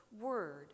word